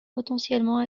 potentiellement